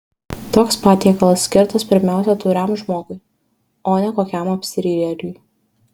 toks patiekalas skirtas pirmiausia tauriam žmogui o ne kokiam apsirijėliui